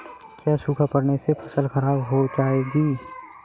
क्या सूखा पड़ने से फसल खराब हो जाएगी?